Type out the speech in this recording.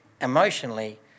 emotionally